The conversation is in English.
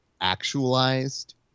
actualized